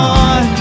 on